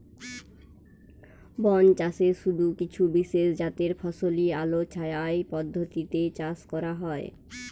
বনচাষে শুধু কিছু বিশেষজাতের ফসলই আলোছায়া এই পদ্ধতিতে চাষ করা হয়